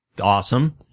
Awesome